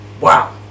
Wow